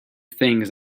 things